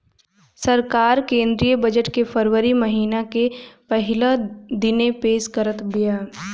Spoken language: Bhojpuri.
सरकार केंद्रीय बजट के फरवरी महिना के पहिला दिने पेश करत बिया